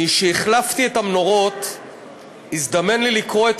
משהחלפתי את המנורות הזדמן לי לקרוא את